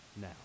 now